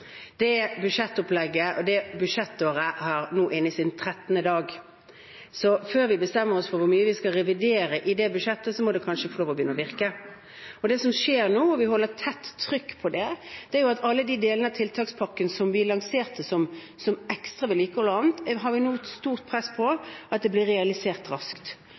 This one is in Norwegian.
Det budsjettopplegget og det budsjettåret er nå inne i sin 13. dag. Før vi bestemmer oss for hvor mye vi skal revidere i budsjettet, må det kanskje få lov til å begynne å virke. Det som skjer nå, og vi har et stort trykk på det, er at alle delene av tiltakspakken som vi lanserte – som bl.a. ekstra vedlikehold – har vi nå et stort press på å få realisert raskt.